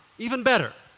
even better.